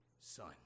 son